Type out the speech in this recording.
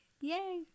yay